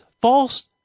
false